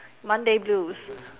monday blues